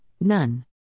none